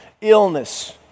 Illness